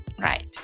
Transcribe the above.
right